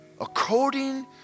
According